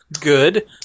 good